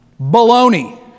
Baloney